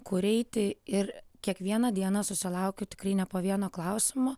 kur eiti ir kiekvieną dieną susilaukiu tikrai ne po vieno klausimo